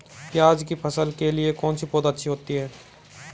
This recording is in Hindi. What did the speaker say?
प्याज़ की फसल के लिए कौनसी पौद अच्छी होती है?